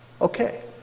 Okay